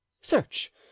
search